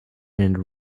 and